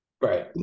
Right